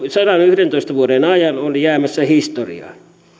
sadanyhdentoista vuoden ajan on jäämässä historiaan